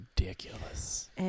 ridiculous